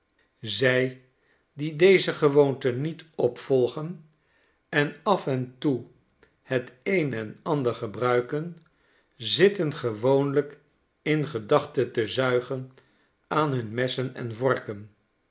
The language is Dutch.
zij die deze gewoonte niet opvolgen en af en toe het een en ander gebruiken zitten gewoonlijk in gedachte te zuigen aanhunmessen en vorken